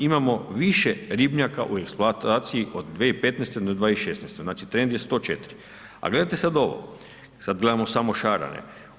Imao više ribnjaka u eksploataciji od 2015. do 2016. znači trend je 104, a gledajte sad ovo, sad gledamo samo šarane.